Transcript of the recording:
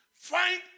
Find